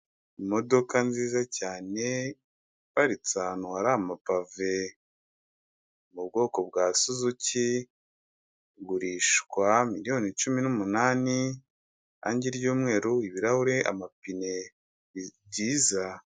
Imodoka nziza cyane, iparitse ahantu hari amapave, ni ubwoko bwa suzuki, igurishwa miliyoni cumi n'umunani, irangi ry'umweru, ibirahuri, amapine, ni byiza.